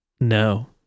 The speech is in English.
No